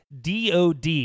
DOD